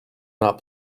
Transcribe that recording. not